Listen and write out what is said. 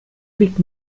wiegt